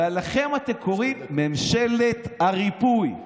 ולכם אתם קוראים "ממשלת הריפוי".